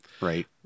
right